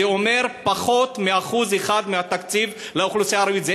זה אומר פחות מ-1% מהתקציב לאוכלוסייה הערבית,